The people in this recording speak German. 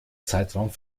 zeitraum